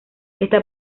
está